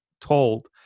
told